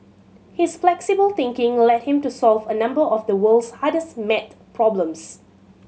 his flexible thinking led him to solve a number of the world's hardest maths problems